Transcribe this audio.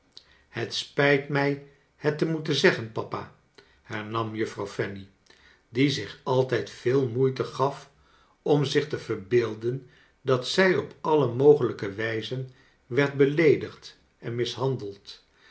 het spijt mij het te moeten zeggen papa hernam juffrouw fanny die zich altijd veel moeite gaf om zich te verbeelden dat zij op alle mogelijke wijzen werd beleedigd en mishandeld